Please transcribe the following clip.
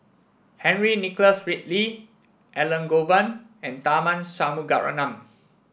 Henry Nicholas Ridley Elangovan and Tharman Shanmugaratnam